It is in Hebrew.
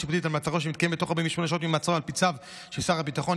שיפוטית על מעצרו שמתקיימת תוך 48 שעות ממעצרו על פי צו של שר הביטחון,